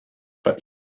but